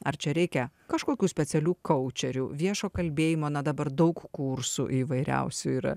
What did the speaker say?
ar čia reikia kažkokių specialių koučerių viešo kalbėjimo na dabar daug kursų įvairiausių yra